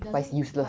but it's useless